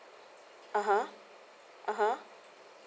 a'ah